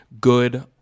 GOOD